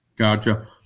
Gotcha